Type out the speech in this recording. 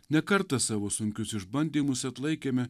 ne kartą savo sunkius išbandymus atlaikėme